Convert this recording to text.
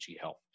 Health